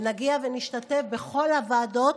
ונגיע ונשתתף בכל הוועדות,